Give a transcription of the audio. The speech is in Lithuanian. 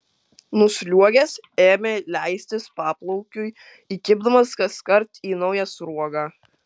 nusliuogęs ėmė leistis paplaukiui įkibdamas kaskart į naują sruogą